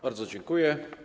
Bardzo dziękuję.